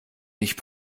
nicht